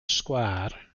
sgwâr